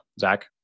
Zach